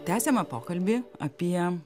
tęsiame pokalbį apie